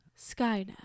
Skynet